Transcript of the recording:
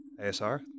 asr